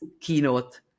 keynote